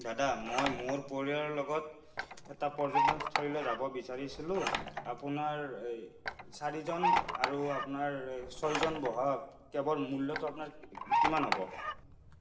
দাদা মই মোৰ পৰিয়ালৰ লগত এটা পৰ্যটনস্থলীলৈ যাব বিচাৰিছিলোঁ আপোনাৰ এই চাৰিজন আৰু আপোনাৰ ছয়জন বহা কেবৰ মূল্যটো আপোনাৰ কিমান হ'ব